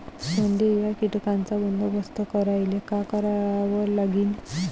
सोंडे या कीटकांचा बंदोबस्त करायले का करावं लागीन?